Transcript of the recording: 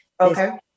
Okay